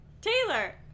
taylor